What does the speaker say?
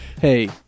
Hey